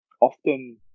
often